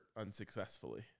unsuccessfully